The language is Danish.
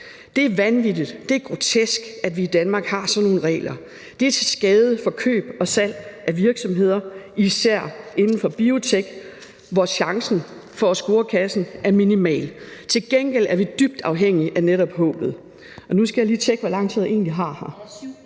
Det er vanvittigt, det er grotesk, at vi i Danmark har sådan nogle regler. Det er til skade for køb og salg af virksomheder inden for især biotech, hvor chancen for at score kassen er minimal. Til gengæld er vi dybt afhængige af netop håbet.